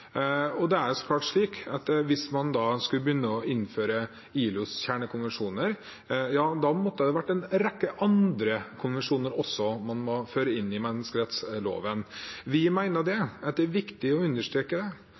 Det er så klart slik at hvis man skulle begynne å innføre ILOs kjernekonvensjoner, måtte også en rekke andre konvensjoner føres inn i menneskerettsloven. Vi mener det er viktig å understreke